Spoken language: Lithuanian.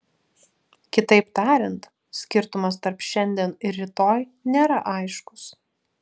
kitaip tariant skirtumas tarp šiandien ir rytoj nėra aiškus